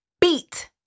beat